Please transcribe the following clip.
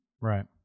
Right